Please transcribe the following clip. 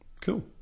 Cool